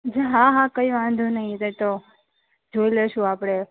હા હા કઈ વાંધો નહીં એ તો જોઈ લઈશું આપણે